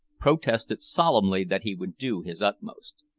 protested solemnly that he would do his utmost.